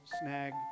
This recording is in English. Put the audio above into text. snag